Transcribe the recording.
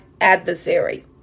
adversary